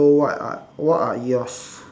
so what are what are yours